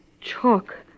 chalk